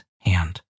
hand